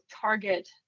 target